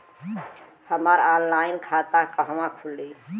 हमार ऑनलाइन खाता कहवा खुली?